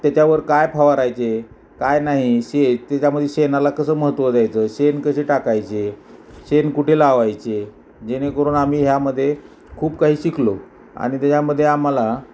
त्याच्यावर काय फवारायचे काय नाही शे त्याच्यामध्ये शेणाला कसं महत्त्व द्यायचं शेण कसे टाकायचे शेण कुठे लावायचे जेणेकरून आम्ही ह्यामध्ये खूप काही शिकलो आणि त्याच्यामध्ये आम्हाला